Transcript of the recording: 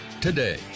today